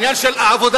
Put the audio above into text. העניין של עבודה,